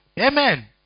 Amen